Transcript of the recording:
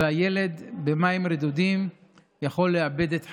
והילד במים רדודים יכול לאבד את חייו.